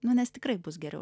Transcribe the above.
nu nes tikrai bus geriau